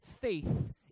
faith